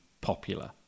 popular